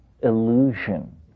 illusion